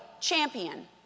champion